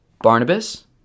Barnabas